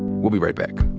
we'll be right back.